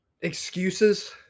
Excuses